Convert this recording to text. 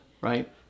right